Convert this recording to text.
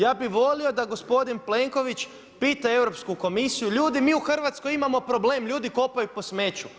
Ja bih volio da gospodin Plenković pita Europsku komisiju ljudi mi u Hrvatskoj imamo problem, ljudi kopaju po smeću.